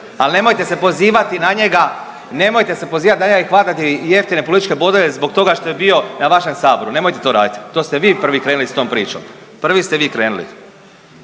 nemojte se pozivati na njega i hvatati jeftine političke bodove zbog toga što je bio na vašem Saboru. Nemojte to raditi. To ste vi prvi krenuli s tom pričom, prvi ste vi krenuli.